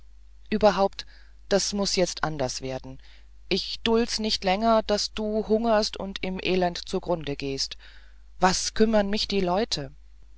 überhaupt das muß jetzt anders werden ich duld's nicht länger daß du hungerst und im elend zugrund gehst was kümmern mich die leute